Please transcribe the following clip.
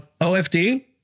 OFD